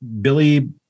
Billy